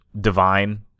divine